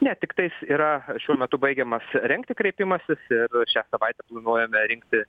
ne tiktais yra šiuo metu baigiamas rengti kreipimasis ir šią savaitę planuojame rinkti